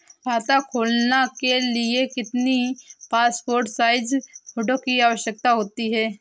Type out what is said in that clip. खाता खोलना के लिए कितनी पासपोर्ट साइज फोटो की आवश्यकता होती है?